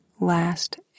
last